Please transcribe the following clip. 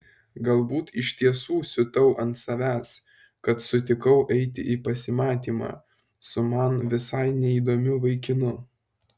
galbūt iš tiesų siutau ant savęs kad sutikau eiti į pasimatymą su man visai neįdomiu vaikinu